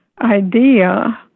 idea